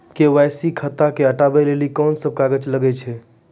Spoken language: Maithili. के.वाई.सी खाता से हटाबै लेली कोंन सब कागज लगे छै?